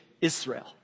Israel